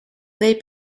they